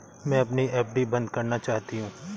मैं अपनी एफ.डी बंद करना चाहती हूँ